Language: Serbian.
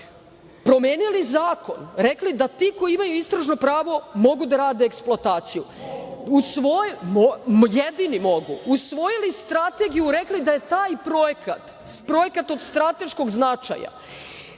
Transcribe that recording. promenili zakon, rekli da ti koji imaju istražno pravo mogu da rade eksploataciju, jedini mogu, usvojili strategiju i rekli da je taj projekat projekat od strateškog značaja,